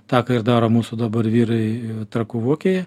tą ką ir daro mūsų dabar vyrai trakų vokėje